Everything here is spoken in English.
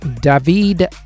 David